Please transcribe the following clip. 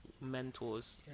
mentors